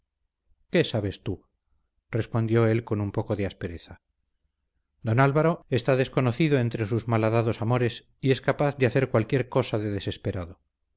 qué sabes tú respondió él con un poco de aspereza don álvaro está desconocido desde sus malhadados amores y es capaz de hacer cualquiera cosa de desesperado